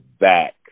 back